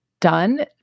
done